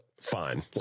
fine